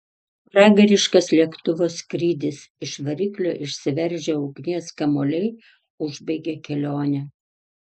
pragariškas lėktuvo skrydis iš variklio išsiveržę ugnies kamuoliai užbaigė kelionę